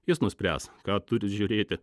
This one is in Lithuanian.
jis nuspręs ką turit žiūrėti